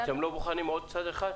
אתם לא בוחנים עוד צד אחד?